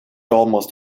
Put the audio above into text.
almost